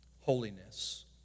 holiness